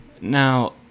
Now